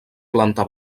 planta